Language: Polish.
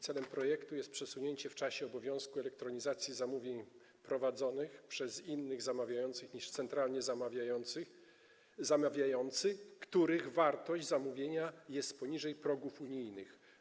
Celem projektu jest przesunięcie w czasie obowiązku elektronizacji zamówień prowadzonych przez innych zamawiających niż centralny zamawiający, w przypadku których wartość zamówienia jest poniżej progów unijnych.